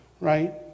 right